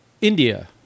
India